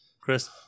Chris